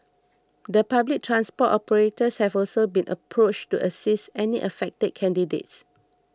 the public transport operators have also been approached to assist any affected candidates